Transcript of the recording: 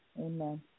Amen